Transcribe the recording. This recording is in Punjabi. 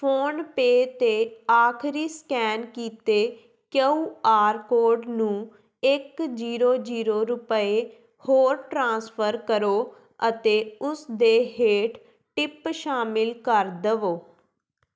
ਫੋਨਪੇ 'ਤੇ ਆਖਰੀ ਸਕੈਨ ਕੀਤੇ ਕੇਯੂ ਆਰ ਕੋਡ ਨੂੰ ਇੱਕ ਜ਼ੀਰੋ ਜ਼ੀਰੋ ਰੁਪਏ ਹੋਰ ਟ੍ਰਾਂਸਫਰ ਕਰੋ ਅਤੇ ਉਸ ਦੇ ਹੇਠ ਟਿਪ ਸ਼ਾਮਿਲ ਕਰ ਦੇਵੋ